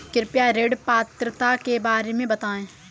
कृपया ऋण पात्रता के बारे में बताएँ?